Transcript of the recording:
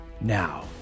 Now